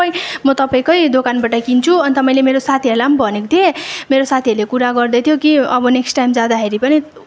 म तपाईँकै दोकानबाट किन्छु अन्त मैले मेरो साथीहरूलाई पनि भनेको थिएँ मेरो साथीहरूले कुरा गर्दैथ्यो कि अब नेक्स्ट टाइम जाँदाखेरि पनि